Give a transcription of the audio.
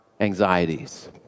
anxieties